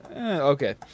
okay